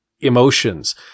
emotions